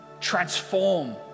transform